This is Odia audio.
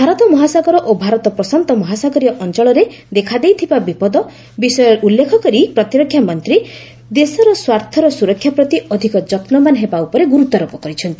ଭାରତ ମହାସାଗର ଓ ଭାରତ ପ୍ରଶାନ୍ତ ମହାସାଗରୀୟ ଅଞ୍ଚଳରେ ଦେଖାଦେଇଥିବା ବିପଦ ବିଷୟ ଉଲ୍ଲେଖ କରି ପ୍ରତିରକ୍ଷାମନ୍ତ୍ରୀ ଦେଶର ସ୍ୱାର୍ଥର ସୁରକ୍ଷା ପ୍ରତି ଅଧିକ ଯତ୍ନବାନ ହେବା ଉପରେ ଗୁରୁତ୍ୱାରୋପ କରିଛନ୍ତି